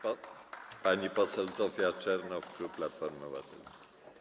Pani poseł Zofia Czernow, klub Platforma Obywatelska.